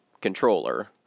controller